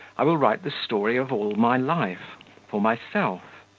i will write the story of all my life for myself.